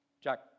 Jack